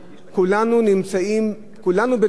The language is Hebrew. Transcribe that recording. כולנו נמצאים, כולנו בדעה אחת.